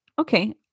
Okay